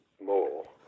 more